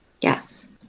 Yes